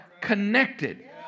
connected